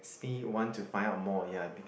makes me want to find out more ya